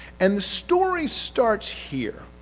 and the story starts here.